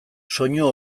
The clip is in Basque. soinu